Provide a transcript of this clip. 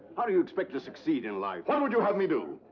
how do you expect to succeed in life? what would you have me do!